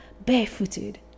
barefooted